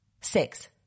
Six